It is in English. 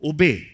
Obey